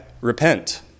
Repent